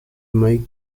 mike